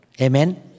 Amen